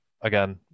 again